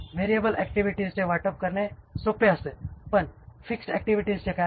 variable ऍक्टिव्हिटीजचे वाटप करणे सोपे असते पण फिक्स्ड ऍक्टिव्हिटीजचे काय